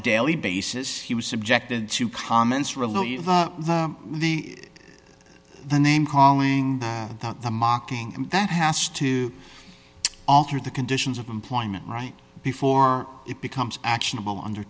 daily basis he was subjected to comments really the the name calling the mocking that has to alter the conditions of employment right before it becomes